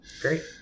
Great